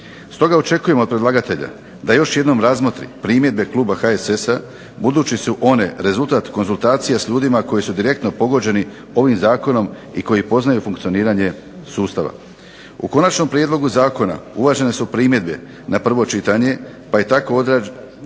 Stoga očekujemo od predlagatelja da još jednom razmotri primjedbe kluba HSS-a budući su one rezultat konzultacija s ljudima koji su direktno pogođeni ovim zakonom i koji poznaju funkcioniranje sustava. U konačnom prijedlogu zakona uvažene su primjedbe na prvo čitanje pa je tako dorađen